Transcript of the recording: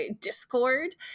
discord